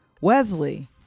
Wesley